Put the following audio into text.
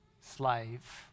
slave